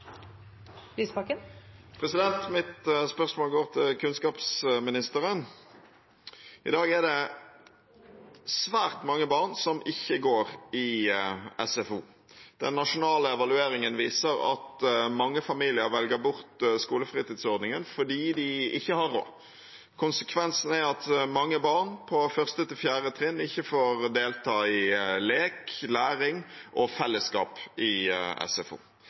Mitt spørsmål går til kunnskapsministeren. I dag er det svært mange barn som ikke går i SFO. Den nasjonale evalueringen viser at mange familier velger bort skolefritidsordningen fordi de ikke har råd. Konsekvensen er at mange barn på 1.–4. trinn ikke får delta i lek, læring og fellesskap i SFO.